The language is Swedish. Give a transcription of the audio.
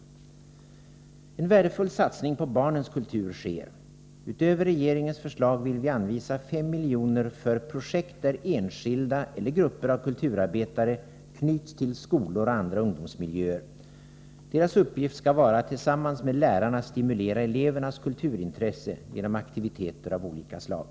En värdefull satsning på barnens kultur sker. Utöver regeringens förslag vill vi anvisa 5 milj.kr. för projekt där enskilda eller grupper av kulturarbetare knyts till skolor och andra ungdomsmiljöer. Deras uppgift skall vara att tillsammans med lärarna stimulera elevernas kulturintresse genom aktiviteter av olika slag.